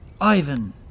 Ivan